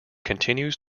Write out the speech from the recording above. continues